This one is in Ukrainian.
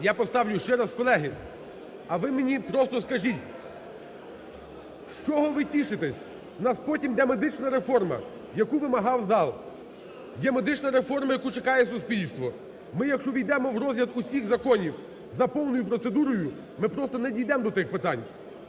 Я поставлю ще раз. Колеги, а ви мені просто скажіть, з чого ви тішитесь? В нас потім іде медична реформа, яку вимагав зал, є медична реформа, яку чекає суспільство, ми, якщо ввійдемо в розгляд усіх законів за повною процедурою, ми просто не дійдемо до тих питань.